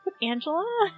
Angela